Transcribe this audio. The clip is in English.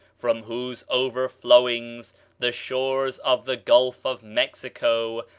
from whose overflowings the shores of the gulf of mexico,